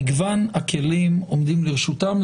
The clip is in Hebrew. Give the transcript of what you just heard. מגוון הכלים עומדים לרשותם,